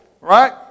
Right